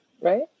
right